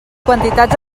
quantitats